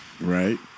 Right